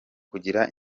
kugira